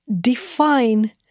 define